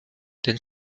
denn